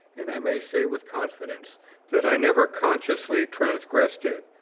and i may say with confidence that i never consciously transgressed it.